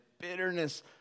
bitterness